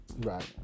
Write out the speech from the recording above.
Right